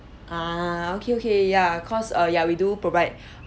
ah okay okay ya cause err ya we do provide